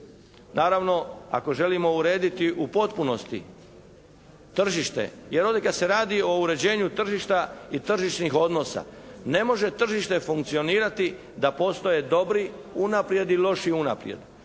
Naravno ako želimo urediti u potpunosti tržište, jer veli kad se radi o uređenju tržišta i tržišnih odnosa ne može tržište funkcionirati da postoje dobro unaprijed i loši unaprijed.